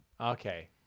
Okay